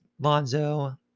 Lonzo